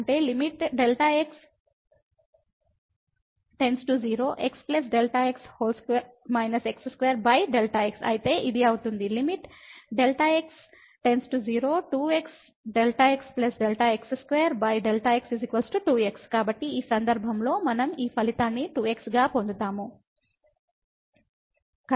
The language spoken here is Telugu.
అంటే Δ x 0 x Δ x 2− x2Δ x కాబట్టి ఇది అవుతుంది Δ x 0 2x Δ x Δ x2Δ x 2 x కాబట్టి ఈ సందర్భంలో మనం ఈ ఫలితాన్ని 2 x గా పొందుతాము